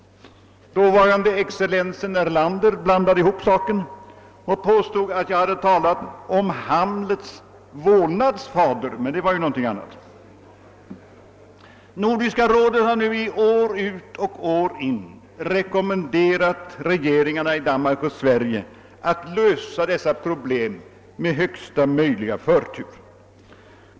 Dåvarande excellensen Erlander blandade ihop sakerna och påstod att jag hade talat om Hamlets vålnads fader, men det var ju någonting annat. Nordiska rådet har nu år ut och år in rekommenderat regeringarna i Danmark och Sverige att lösa dessa problem med högsta möjliga förtur.